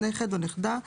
נכד או נכדה,